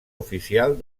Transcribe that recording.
oficial